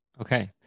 Okay